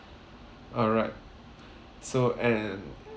alright so and